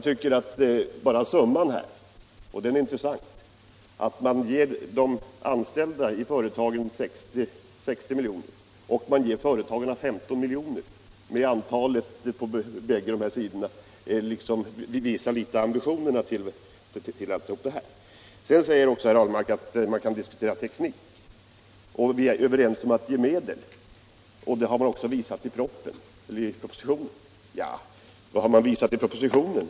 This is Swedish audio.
Enbart de summor som det här gäller — och det är intressant: man ger de anställda i företagen 60 miljoner och man ger företagarna 15 miljoner — och proportionerna mellan antalet anställda och antalet företagare visar åt vilket håll ambitionerna går i allt detta. Sedan sade herr Ahlmark att man ju kan diskutera tekniken, men vi är överens om att anslå medel. Det har vi visat i propositionen,. Men vad är det man har visat i propositionen?